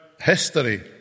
history